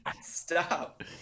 Stop